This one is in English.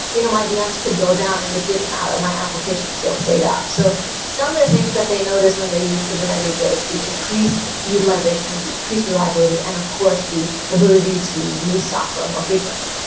you know my vms could go down and it didn't matter. my application still stayed up. so some of the things that they noticed when they used kubernetes is the increased utilization, and the increase reliability and, of course, the ability to release software more frequently.